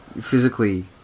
physically